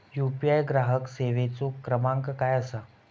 UPI ग्राहक सेवेचो क्रमांक काय असा?